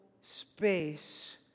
space